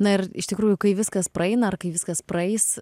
na ir iš tikrųjų kai viskas praeina ar kai viskas praeis